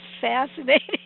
fascinating